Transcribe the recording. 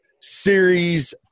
series